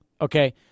okay